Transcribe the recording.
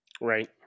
Right